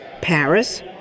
Paris